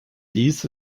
dies